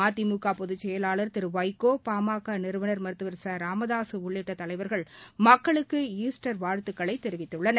மதிமுக பொதுச்செயலாளர் திரு வைகோ பாமக நிறுவனர் மருத்துவர் ச ராமதாசு உள்ளிட்ட தலைவர்கள் மக்களுக்க ஈஸ்டர் வாழ்த்துக்களைத் தெரிவித்துள்ளனர்